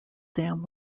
dam